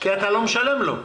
כי אתה לא משלם לו.